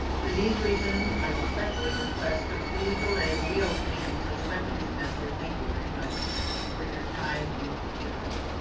for these reasons, i respectfully request to please delay reopening until second semester. thank you very much for your time and consideration.